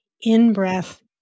in-breath